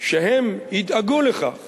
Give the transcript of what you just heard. שהם ידאגו לכך